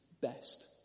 best